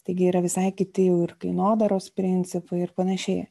taigi yra visai kiti jau ir kainodaros principai ir panašiai